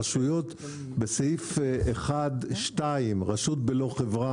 בסעיף 1.2 רשות בלא חברה.